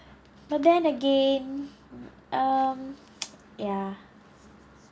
but then again um ya